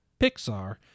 Pixar